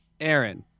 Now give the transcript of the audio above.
Aaron